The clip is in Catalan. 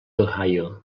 ohio